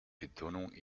betonung